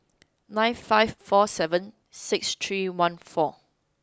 nine five four seven six three one four